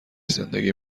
زندگی